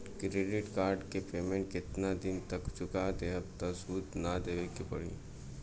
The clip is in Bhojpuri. क्रेडिट कार्ड के पेमेंट केतना दिन तक चुका देहम त सूद ना देवे के पड़ी?